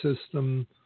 system